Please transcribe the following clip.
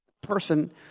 person